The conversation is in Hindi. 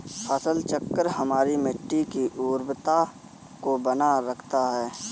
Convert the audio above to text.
फसल चक्र हमारी मिट्टी की उर्वरता को बनाए रखता है